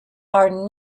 are